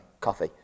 coffee